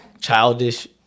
childish